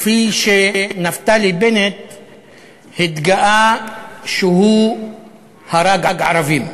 כפי שנפתלי בנט התגאה שהוא הרג ערבים.